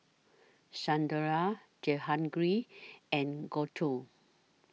Sunderlal Jehangirr and Gouthu